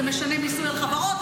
זה משנה מיסוי על חברות.